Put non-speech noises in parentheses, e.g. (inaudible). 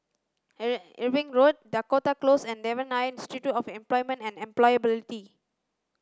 (unintelligible) Irving Road Dakota Close and Devan Nair Institute of Employment and Employability